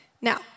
Now